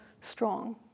strong